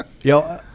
yo